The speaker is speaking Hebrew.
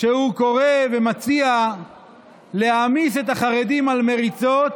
שהוא קורא ומציע להעמיס את החרדים על מריצות